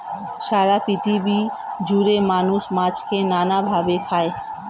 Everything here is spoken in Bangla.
সারা পৃথিবী জুড়ে মানুষ মাছকে নানা ভাবে খায়